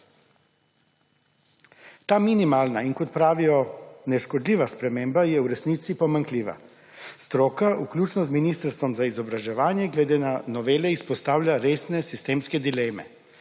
Ta minimalna in, kot pravijo, neškodljiva sprememba je v resnici pomanjkljiva. Stroka, vključno z ministrstvom za izobraževanje, glede novele izpostavlja resne sistemske dileme,